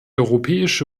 europäische